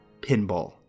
pinball